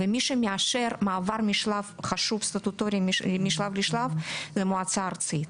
מי שמאשר את המעבר משלב לשלב חשוב סטטוטורי היא המועצה הארצית.